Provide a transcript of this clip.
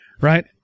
right